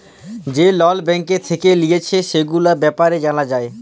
যে লল ব্যাঙ্ক থেক্যে লিয়েছে, সেগুলার ব্যাপারে জালা যায়